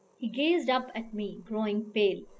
he gazed up at me, growing pale,